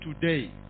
today